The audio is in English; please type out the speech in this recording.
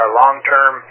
long-term